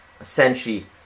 essentially